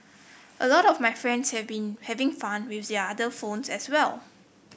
a lot of my friends have been having fun with their other phones as well